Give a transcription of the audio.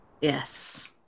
yes